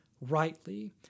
rightly